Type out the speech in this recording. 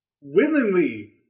willingly